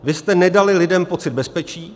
Vy jste nedali lidem pocit bezpečí.